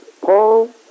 Paul